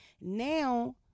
Now